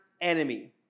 enemy